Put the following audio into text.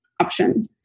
option